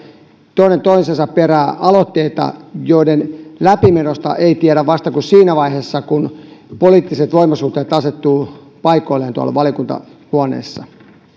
toinen toisensa perään aloitteita joiden läpimenosta ei tiedä vasta kuin siinä vaiheessa kun poliittiset voimasuhteet asettuvat paikoilleen tuolla valiokuntahuoneissa